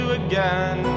again